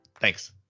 Thanks